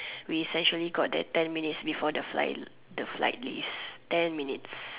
we essentially got there ten minutes before the flight the flight leaves ten minutes